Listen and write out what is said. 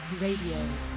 Radio